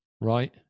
Right